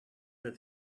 that